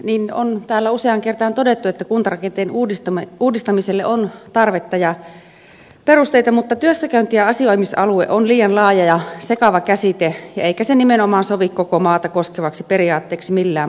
niin on täällä useaan kertaan todettu että kuntarakenteen uudistamiselle on tarvetta ja perusteita mutta työssäkäynti ja asioimisalue on liian laaja ja sekava käsite eikä se nimenomaan sovi koko maata koskevaksi periaatteeksi millään muotoa